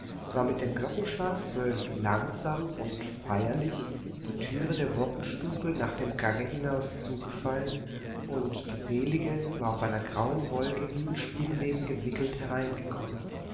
war mit dem glockenschlag zwölf langsam und feierlich die thüre der wochenstube nach dem gange hinaus zurückgefallen und die selige war auf einer grauen wolke wie in spinnweben gewickelt hereingekommen